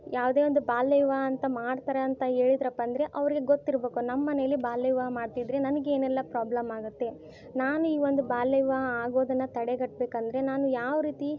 ಯಾವುದೇ ಒಂದು ಬಾಲ್ಯ ವಿವಾಹ ಅಂತ ಮಾಡ್ತಾರೆ ಅಂತ ಹೇಳಿದ್ರಪ್ಪ ಅಂದರೆ ಅವರಿಗೆ ಗೊತ್ತಿರಬೇಕು ನಮ್ಮಮನೆಯಲ್ಲಿ ಬಾಲ್ಯ ವಿವಾಹ ಮಾಡ್ತಿದ್ದರೆ ನನಗೇನೆಲ್ಲ ಪ್ರಾಬ್ಲಮ್ ಆಗುತ್ತೆ ನಾನು ಈ ಒಂದು ಬಾಲ್ಯ ವಿವಾಹ ಆಗೋದನ್ನ ತಡೆಗಟ್ಬೇಕಂದರೆ ನಾನು ಯಾವರೀತಿ